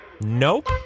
Nope